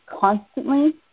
constantly